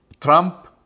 Trump